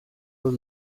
los